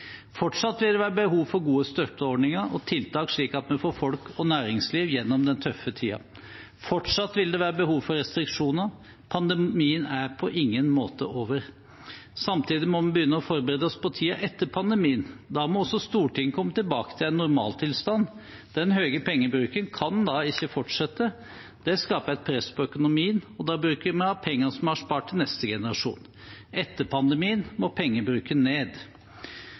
Fortsatt vil det være behov for gode støtteordninger og tiltak, slik at vi får folk og næringsliv gjennom den tøffe tiden. Fortsatt vil det være behov for restriksjoner. Pandemien er på ingen måte over. Samtidig må vi begynne å forberede oss på tiden etter pandemien. Da må også Stortinget komme tilbake til en normaltilstand. Den høye pengebruken kan da ikke fortsette. Det skaper et press på økonomien, og da bruker vi av pengene som vi har spart til neste generasjon. Etter pandemien må pengebruken ned.